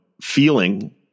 feeling